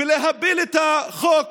ולהפיל את החוק